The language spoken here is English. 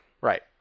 Right